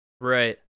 Right